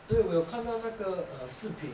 对我又看到那个视频